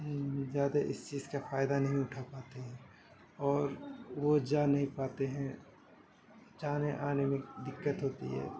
زیادہ اس چیز کا فائدہ نہیں اٹھا پاتے ہیں اور وہ جا نہیں پاتے ہیں جانے آنے میں دقت ہوتی ہے